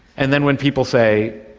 and then when people say,